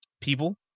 people